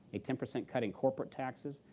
a ten percent cut in corporate taxes,